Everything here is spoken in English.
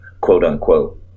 quote-unquote